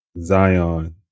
Zion